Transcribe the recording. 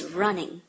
running